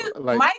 Mike